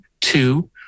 two